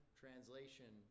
translation